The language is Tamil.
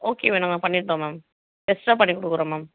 ஓகே மேம் நாங்கள் பண்ணிடறோம் மேம் எக்ஸ்ட்ரா பண்ணிக்கொடுக்குறோம் மேம்